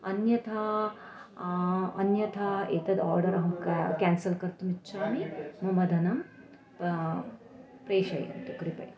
अन्यथा अन्यथा एतद् आर्डर् अहं के केन्सल् कर्तुम् इच्छामि मम धनं प प्रेषयन्तु कृपया